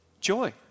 Joy